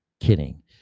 kidding